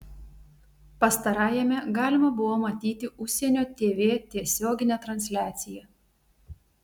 pastarajame galima buvo matyti užsienio tv tiesioginę transliaciją